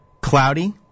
cloudy